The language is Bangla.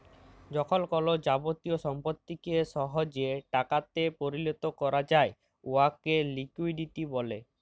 যখল কল যাবতীয় সম্পত্তিকে সহজে টাকাতে পরিলত ক্যরা যায় উয়াকে লিকুইডিটি ব্যলে